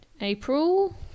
April